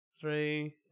three